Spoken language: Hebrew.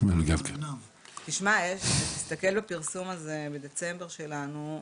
נשמע לי גם כן תסתכל בפרסום בדצמבר שלנו,